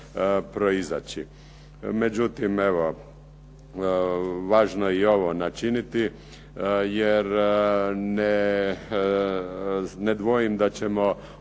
Međutim, evo važno je i ovo načiniti jer ne dvojim da ćemo ove